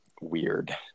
weird